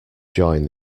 join